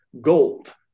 gold